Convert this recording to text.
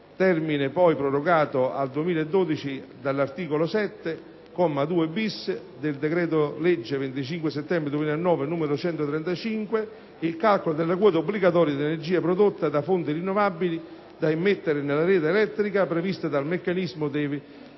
(termine poi prorogato al 2012 dall'articolo 7, comma 2-*bis*, del decreto-legge 25 settembre 2009, n. 135), il calcolo della quota obbligatoria di energia prodotta da fonti rinnovabili da immettere nella rete elettrica, prevista dal meccanismo dei